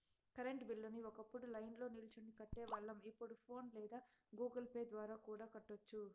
current బిల్లుని ఒకప్పుడు లైన్ల్నో నిల్చొని కట్టేవాళ్ళం, ఇప్పుడు ఫోన్ పే లేదా గుగుల్ పే ద్వారా కూడా కట్టొచ్చు